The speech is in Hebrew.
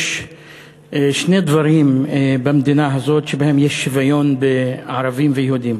יש שני דברים במדינה הזאת שבהם יש שוויון בין ערבים ויהודים,